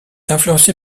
influencé